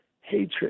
hatred